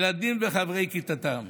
ילדים וחברי כיתתם,